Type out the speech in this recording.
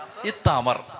Itamar